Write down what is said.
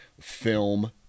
film